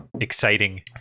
exciting